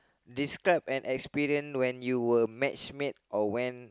describe an experience when you were match made or went